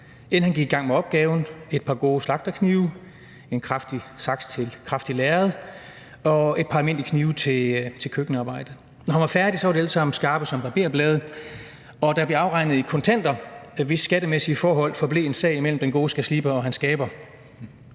inden han gik i gang med opgaven: et par gode slagterknive, en kraftig saks til kraftigt lærred og et par almindelige knive til køkkenarbejdet. Når han var færdig, var de alle sammen skarpe som barberblade, og der blev afregnet i kontanter, hvis skattemæssige forhold forblev en sag mellem den gode skærsliber og hans skaber.